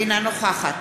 אינה נוכחת